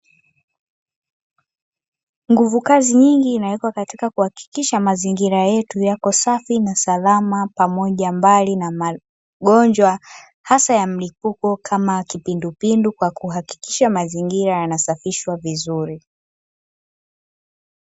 Nguvu kazi nyingi inawekwa katika kuhakikisha mazingira yako safi na salama mbali na magonjwa hasa ya mlipuko kama kipindupindu kwa kuhakikisha mazingira yanasafiahwa vizuri